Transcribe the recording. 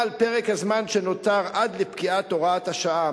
אבל פרק הזמן שנותר עד לפקיעת הוראת השעה,